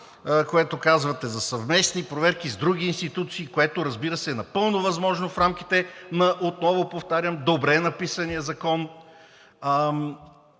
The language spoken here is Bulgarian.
което казвате за съвместни проверки с други институции, което, разбира се, е напълно възможно в рамките на, отново повтарям, добре написания закон.